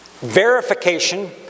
verification